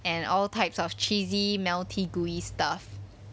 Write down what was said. and all types of cheesy melty gooey stuff